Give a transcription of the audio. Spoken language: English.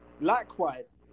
Likewise